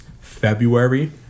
February